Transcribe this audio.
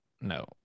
No